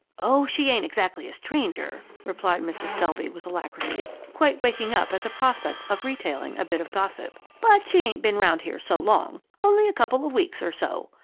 oh, she ain't exactly a stranger, replied mrs. selby with alacrity, quite waking up at the prospect of retailing a bit of gossip but she ain't been around here so long only a couple of weeks or so.